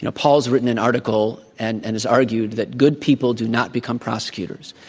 you know paul's written an article and and has argued that good people do not become prosecutors.